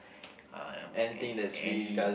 um an any